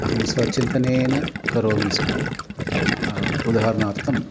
अहं स्वचिन्तनेन करोमि स्म उदाहरणार्थम्